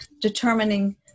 determining